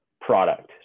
product